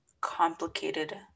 complicated